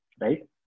right